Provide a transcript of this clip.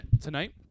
tonight